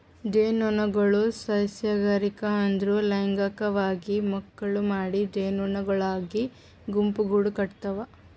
ಜೇನುನೊಣಗೊಳ್ ನೈಸರ್ಗಿಕ ಅಂದುರ್ ಲೈಂಗಿಕವಾಗಿ ಮಕ್ಕುಳ್ ಮಾಡಿ ಜೇನುಹುಳಗೊಳಾಗಿ ಗುಂಪುಗೂಡ್ ಕಟತಾವ್